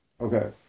Okay